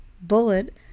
bullet